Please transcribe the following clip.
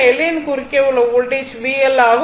L யின் குறுக்கே உள்ள வோல்டேஜ் VL ஆகும்